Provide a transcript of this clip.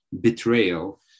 betrayal